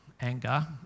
anger